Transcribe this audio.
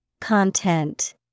Content